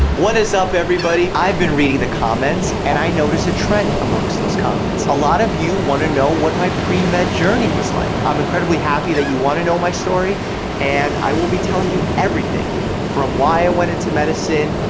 what is up everybody? i've been reading the comments and i notice a trend amongst those comments. a lot of you wanna know what my pre-med journey was like. i'm incredibly happy that you wanna know my story and i will be telling you everything from why i went into medicine,